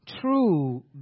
true